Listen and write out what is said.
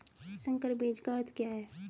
संकर बीज का अर्थ क्या है?